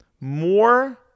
more